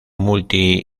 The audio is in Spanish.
multi